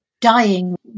dying